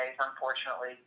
unfortunately